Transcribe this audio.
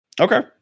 Okay